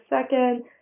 second